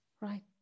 Right